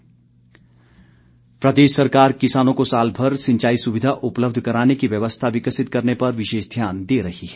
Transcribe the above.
मारकंडा प्रदेश सरकार किसानों को साल भर सिंचाई सुविधा उपलब्ध कराने की व्यवस्था विकसित करने पर विशेष ध्यान दे रही है